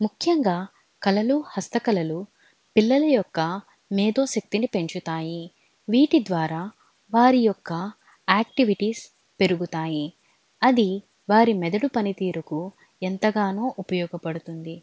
ముఖ్యంగా కళలు హస్తకళలు పిల్లల యొక్క మేధో శక్తిని పెంచుతాయి వీటి ద్వారా వారి యొక్క యాక్టివిటీస్ పెరుగుతాయి అది వారి మెదడు పనితీరుకు ఎంతగానో ఉపయోగపడుతుంది